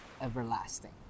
everlasting